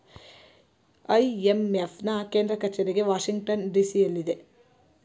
IMF ನಾ ಕೇಂದ್ರ ಕಚೇರಿಗೆ ವಾಷಿಂಗ್ಟನ್ ಡಿ.ಸಿ ಎಲ್ಲಿದೆ